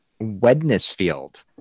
Wednesfield